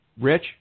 Rich